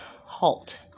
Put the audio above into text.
halt